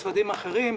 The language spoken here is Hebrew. ידי משרדים אחרים,